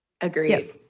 Agreed